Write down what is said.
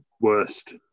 worst